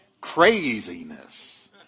craziness